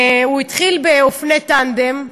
והוא התחיל באופני טַנדֶם,